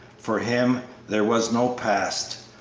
for him there was no past.